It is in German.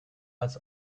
als